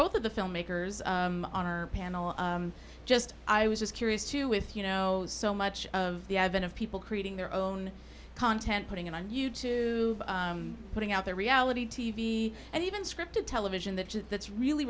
both of the filmmakers on our panel just i was just curious too with you know so much of the advent of people creating their own content putting it on you tube putting out their reality t v and even scripted television that that's really